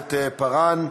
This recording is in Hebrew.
הכנסת פארן.